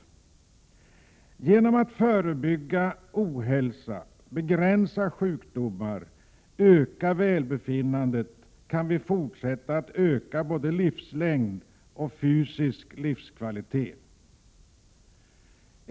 Genom att förebygga ohälsa, begränsa sjukdomar och öka välbefinnandet kan vi fortsätta att öka både livslängd och fysisk livskvalitet.